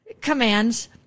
commands